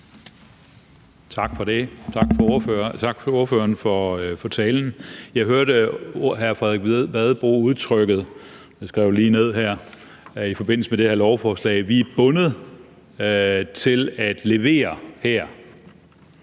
Tak for det, og tak til ordføreren for talen. Jeg hørte hr. Frederik Vad bruge udtrykket, som jeg lige skrevet ned her, i forbindelse med det her lovforslag, nemlig at vi er bundet til at levere her.